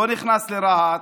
לא נכנס לרהט,